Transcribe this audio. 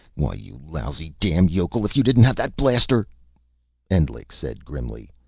why, you lousy damn yokel, if you didn't have that blaster endlich said grimly,